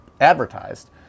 advertised